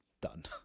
Done